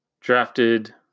drafted